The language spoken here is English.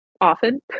often